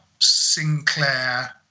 Sinclair